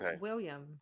William